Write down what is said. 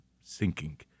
sinking